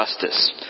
justice